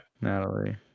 Natalie